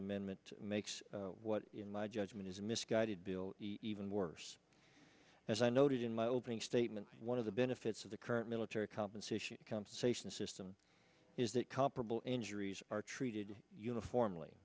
amendment makes what in my judgment is a misguided bill even worse as i noted in my opening statement one of the benefits of the current military compensation compensation system is that comparable injuries are treated uniformly